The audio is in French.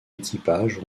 équipage